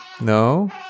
No